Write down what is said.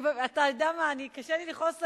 אתה יודע מה, קשה לי לכעוס עליך,